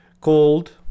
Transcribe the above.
called